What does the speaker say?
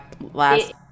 last